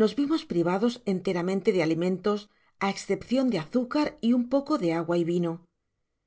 nos vimos privados enteramente de alimentos á escepcion de azúcar y un poco de agua y vino